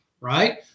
right